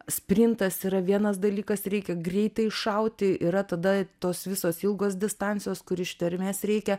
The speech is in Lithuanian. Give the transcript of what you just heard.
sprintas yra vienas dalykas reikia greitai iššauti yra tada tos visos ilgos distancijos kur ištvermės reikia